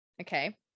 okay